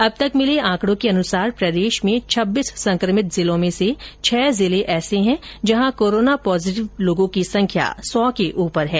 अब तक भिले आंकडों के अनुसार प्रदेश में छब्बीस संक्रमित जिलों में से छह जिले ऐसे हैं जहाँ कोरोना पॉजिटिव लोगों की संख्या सौ के ऊपर है